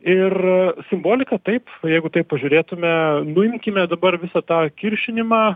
ir simbolika taip jeigu taip pažiūrėtume nuimkime dabar visą tą kiršinimą